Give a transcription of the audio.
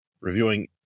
reviewing